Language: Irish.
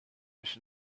leis